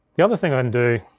the other thing i can do